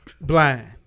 Blind